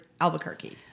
Albuquerque